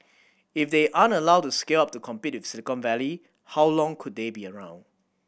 if they aren't allowed to scale up to compete with Silicon Valley how long could they be around